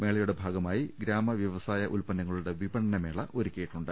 മേളയുടെ ഭാഗമായി ഗ്രാമവൃവസായ ഉത്പന്നങ്ങളുടെ വിപണന മേള ഒരുക്കിയിട്ടുണ്ട്